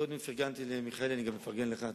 קודם פרגנתי למיכאלי, אני מפרגן גם לך.